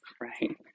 right